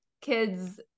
kids